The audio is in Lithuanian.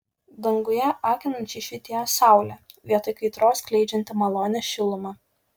danguje akinančiai švytėjo saulė vietoj kaitros skleidžianti malonią šilumą